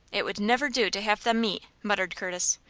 it would never do to have them meet! muttered curtis.